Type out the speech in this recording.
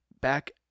back